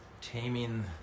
taming